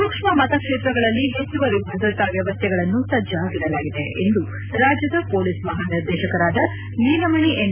ಸೂಕ್ಷ್ಮಮತಕ್ಷೇತ್ರಗಳಲ್ಲಿ ಹೆಚ್ಚುವರಿ ಭದ್ರತಾ ವ್ಣವಸ್ಥೆಗಳನ್ನು ಸಜ್ಜಾಗಿಡಲಾಗಿದೆ ಎಂದು ರಾಜ್ಯದ ಮೊಲೀಸ್ ಮಹಾನಿರ್ದೇಶಕರಾದ ನೀಲಮಣಿ ಎನ್